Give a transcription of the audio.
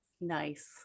nice